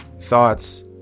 thoughts